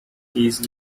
these